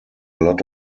lot